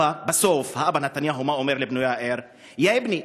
בסוף האבא נתניהו מה אומר לבנו יאיר: יא אִבני,